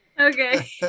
okay